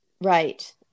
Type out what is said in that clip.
Right